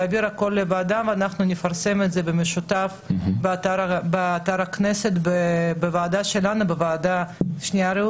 ואנחנו נפרסם את זה יחד באתר הוועדה שלנו ובוועדה הזו.